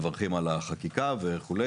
מברכים על החקיקה וכו'.